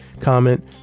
comment